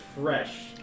fresh